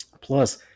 plus